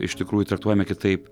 iš tikrųjų traktuojame kitaip